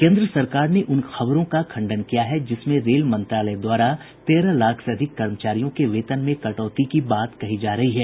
केन्द्र सरकार ने उन खबरों का खंडन किया है जिसमें रेल मंत्रालय द्वारा तेरह लाख से अधिक कर्मचारियों के वेतन में कटौती की बात कही जा रही है